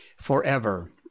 forever